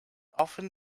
often